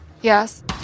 Yes